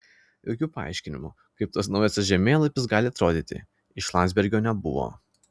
jokių paaiškinimų kaip tas naujasis žemėlapis gali atrodyti iš landsbergio nebuvo